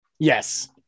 Yes